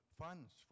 funds